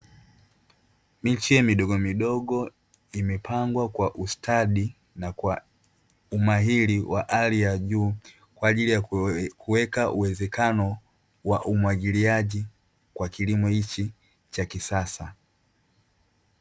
Miche midogomidogo imepangwa kwa ustadi na kwa umahiri wa hali ya juu, kwa ajili ya kuweka uwezekano wa umwagiliaji kwa kilimo hichi cha kisasa.